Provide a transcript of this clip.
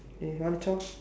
eh come zhao